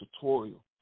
tutorial